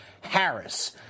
Harris